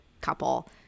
couple